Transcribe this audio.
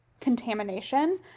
contamination